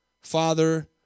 Father